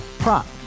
Prop